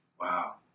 Wow